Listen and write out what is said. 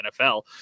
NFL